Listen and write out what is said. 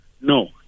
No